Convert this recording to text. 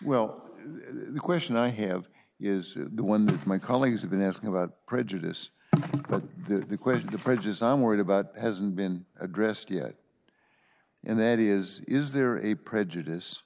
well the question i have is the one that my colleagues have been asking about prejudice but the question the bridges i'm worried about hasn't been addressed yet and that is is there a prejudice